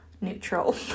neutral